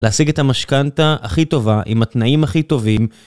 להשיג את המשכנתה הכי טובה, עם התנאים הכי טובים.